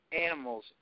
animals